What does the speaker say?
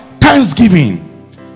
Thanksgiving